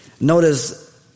Notice